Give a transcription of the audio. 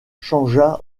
changea